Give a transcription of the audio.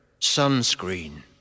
sunscreen